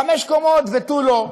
חמש קומות ותו לא.